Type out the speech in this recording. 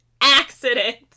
accident